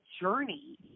journey